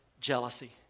jealousy